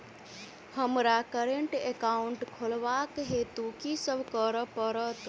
हमरा current account खोलेवाक हेतु की सब करऽ पड़त?